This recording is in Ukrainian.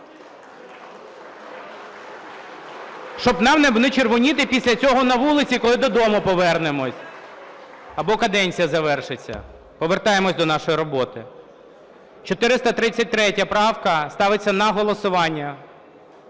Щоб нам не червоніти після цього на вулиці, коли додому повернемось або каденція завершиться. Повертаємось до нашої роботи. 433 правка ставиться на голосування.